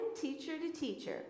teacher-to-teacher